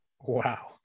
Wow